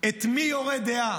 "את מי יורה דעה